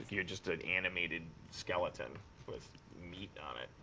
you're just an animated skeleton with meat on it,